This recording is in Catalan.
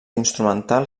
instrumental